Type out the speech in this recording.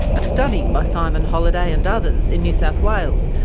a study by simon holliday and others, in new south wales,